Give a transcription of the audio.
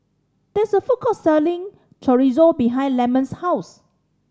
there is a food court selling Chorizo behind Lemon's house